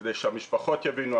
כדי שהמשפחות יבינו,